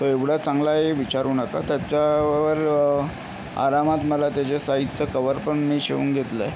तो एवढा चांगला आहे विचारू नका त्याच्या वर आरामात मला त्याच्या साइजचा कवर पण मी शिवून घेतलं आहे